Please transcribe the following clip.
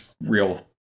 real